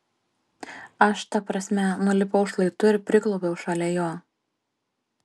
aš ta prasme nulipau šlaitu ir priklaupiau šalia jo